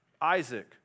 Isaac